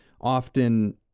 often